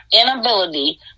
inability